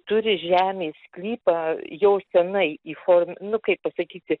turi žemės sklypą jau senai įform nu kaip pasakyti